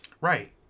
right